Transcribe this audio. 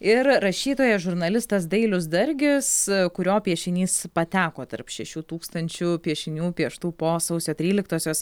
ir rašytojas žurnalistas dailius dargis kurio piešinys pateko tarp šešių tūkstančių piešinių pieštų po sausio tryliktosios